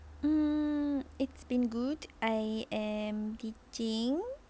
mm it's been good I am teaching